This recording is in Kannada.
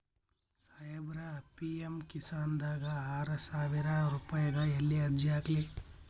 ಸಾಹೇಬರ, ಪಿ.ಎಮ್ ಕಿಸಾನ್ ದಾಗ ಆರಸಾವಿರ ರುಪಾಯಿಗ ಎಲ್ಲಿ ಅರ್ಜಿ ಹಾಕ್ಲಿ?